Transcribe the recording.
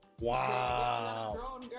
wow